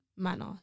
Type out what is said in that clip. manner